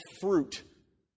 fruit